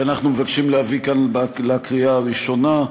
שאנחנו מבקשים להביא כאן לקריאה הראשונה,